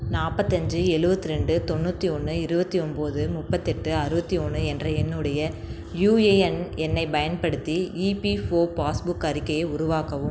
நாப்பத்தஞ்சு எழுபத்து ரெண்டு தொண்ணூற்றி ஒன்று இருபத்தி ஒம்பது முப்பத்தெட்டு அறுபத்தி ஒன்று என்ற என்னுடைய யுஏஎன் எண்ணைப் பயன்படுத்தி இபிஎஃப்ஓ பாஸ்புக் அறிக்கையை உருவாக்கவும்